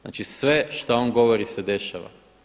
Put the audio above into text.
Znači sve što on govori se dešava.